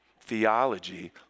theology